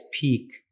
peak